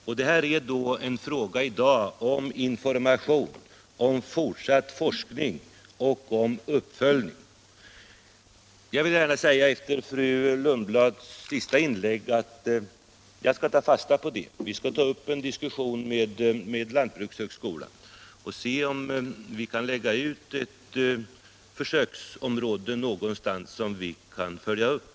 Det betyder att det i dag är fråga om information, fortsatt forskning och uppföljning. Jag vill gärna efter fru Lundblads senaste inlägg säga att jag skall ta fasta på hennes förslag. Vi skall ta upp en diskussion med lantbrukshögskolan och se om vi någonstans kan lägga ut ett försöksområde som vi sedan kan följa upp.